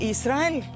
Israel